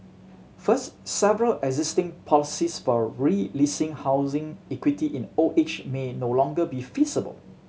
first several existing policies for releasing housing equity in the old age may no longer be feasible